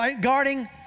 guarding